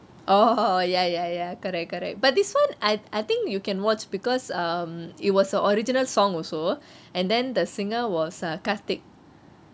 oh ya ya ya correct correct but this one I I think you can watch because um it was a original song also and then the singer was uh karthik